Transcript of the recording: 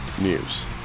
news